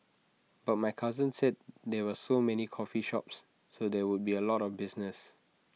but my cousin said there were so many coffee shops so there would be A lot of business